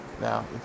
Now